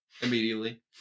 Immediately